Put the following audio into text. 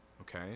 Okay